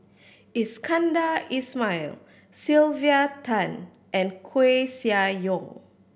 Iskandar Ismail Sylvia Tan and Koeh Sia Yong